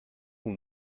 who